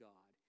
God